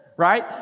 right